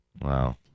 Wow